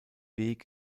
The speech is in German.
weg